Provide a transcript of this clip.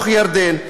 בירדן,